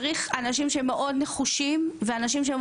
צריך אנשים שהם מאוד נחושים ואנשים שהם